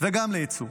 וגם ליצוא.